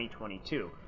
2022